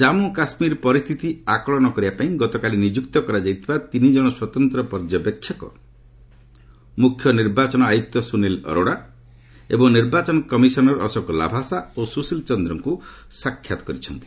ଜାନ୍ମ କାଶ୍ମୀର ପରିସ୍ଥିତି ଆକଳନ କରିବା ପାଇଁ ଗତକାଲି ନିଯୁକ୍ତ କରାଯାଇଥିବା ତିନି ଜଣ ସ୍ୱତନ୍ତ୍ର ପର୍ଯ୍ୟବେକ୍ଷକ ମୁଖ୍ୟ ନିର୍ବାଚନ ଆୟୁକ୍ତ ସୁନୀଲ ଅରୋଡା ଏବଂ ନିର୍ବାଚନ କମିଶନ୍ର ଅଶୋକ ଲାଭାସା ଓ ସୁଶୀଲ ଚନ୍ଦ୍ରଙ୍କୁ ସାକ୍ଷାତ କରିଛନ୍ତି